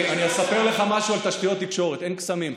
אני אספר לך משהו על תשתיות תקשורת: אין קסמים.